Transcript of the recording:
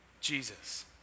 Jesus